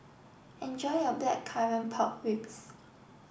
enjoy your Blackcurrant Pork Ribs